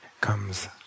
comes